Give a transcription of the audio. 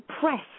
press